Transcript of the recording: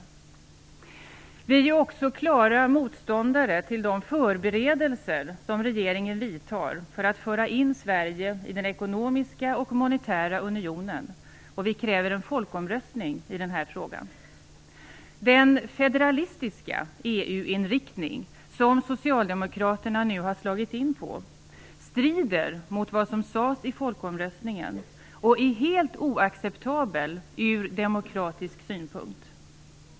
Vänsterpartiet är också klart motståndare till de förberedelser som regeringen vidtar för att föra in Sverige i den ekonomiska och monetära unionen. Vi kräver en folkomröstning i den här frågan. Den federalistiska EU-inriktning som Socialdemokraterna nu har slagit in på strider mot vad som sades i folkomröstningen och är helt oacceptabel ur demokratisk synpunkt.